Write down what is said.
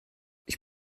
ich